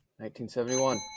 1971